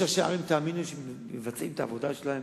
יש ראשי ערים שמבצעים את העבודה שלהם,